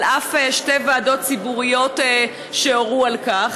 על אף שתי ועדות ציבוריות שהורו על כך.